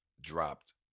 dropped